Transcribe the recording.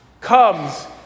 comes